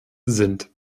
sind